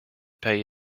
pay